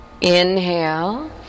Inhale